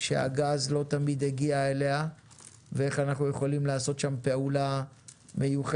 שהגז לא תמיד הגיע אליה ואיך אנחנו יכולים לעשות שם פעולה מיוחדת.